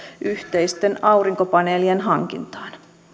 yhteisten aurinkopaneelien hankintaan